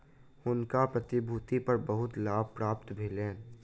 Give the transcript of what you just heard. हुनका प्रतिभूति पर बहुत लाभ प्राप्त भेलैन